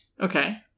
Okay